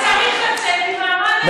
אבל אני חושבת שזה צריך לצאת ממעמד האישה.